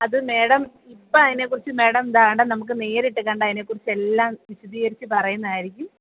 അത് മേഡം ഇപ്പം അതിനെക്കുറിച്ച് മേഡം ഇതാകണ്ട നമുക്ക് നേരിട്ട് കണ്ട് അതിനെകുറിച്ചെല്ലാം വിശിദികരിച്ച് പറയുന്നതായിരിക്കും